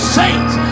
saints